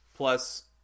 plus